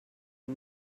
you